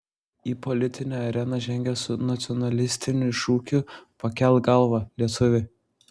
į politinę areną žengia su nacionalistiniu šūkiu pakelk galvą lietuvi